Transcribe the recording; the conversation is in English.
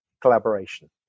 collaboration